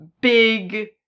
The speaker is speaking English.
big